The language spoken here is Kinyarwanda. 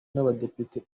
n’abadepite